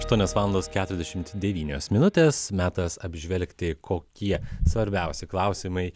aštuonios valandos keturiasdešimt devynios minutės metas apžvelgti kokie svarbiausi klausimai